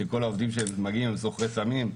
שכל העובדים שמגיעים הם סוחרי סמים.